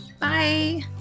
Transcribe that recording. Bye